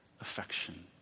affection